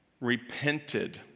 repented